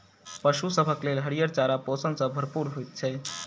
पशु सभक लेल हरियर चारा पोषण सॅ भरपूर होइत छै